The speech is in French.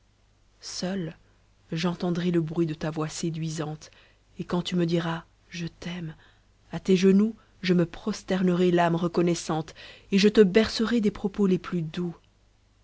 seul j'entendrai le bruit de ta voix séduisante et quand tu me diras je t'aime à tes genoux je me prosternerai l'âme reconnaissante et je te bercerai des propos les plus doux